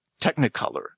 Technicolor